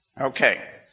Okay